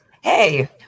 hey